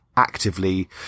actively